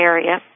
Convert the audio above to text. Area